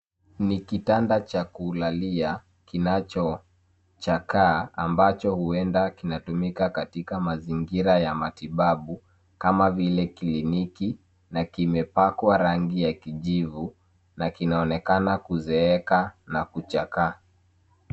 NI kitanda cha kulalia kinachochakaa ambacho huenda kinatumika katika mazingira ya matibabu kama vile kliniki na kimepakwa rangi ya kijivu na kinaonekana kuzeeka na kuchakaa.